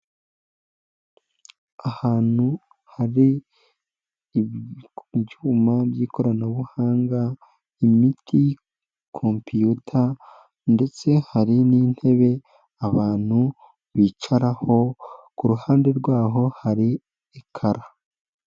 Ahantu hari ibyuma by'ikoranabuhanga imiti kompiyuta ndetse hari n'intebe abantu bicaraho ku ruhande rwaho hari ekara.